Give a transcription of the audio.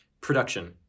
production